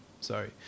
sorry